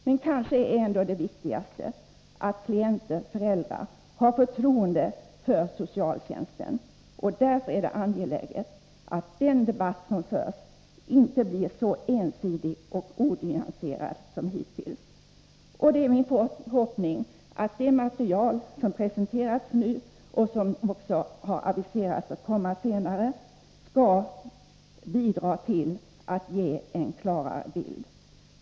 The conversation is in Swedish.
Men kanske är det viktigaste ändå att klienterna, föräldrarna, har förtroende för socialtjänsten. Därför är det angeläget att den debatt som förs inte blir så ensidig och onyanserad som hittills. Det är min förhoppning att det material som nu har presenterats och det som har aviserats skall bidra till att ge en klarare bild.